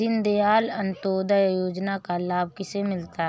दीनदयाल अंत्योदय योजना का लाभ किसे मिलता है?